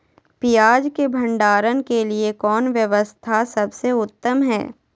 पियाज़ के भंडारण के लिए कौन व्यवस्था सबसे उत्तम है?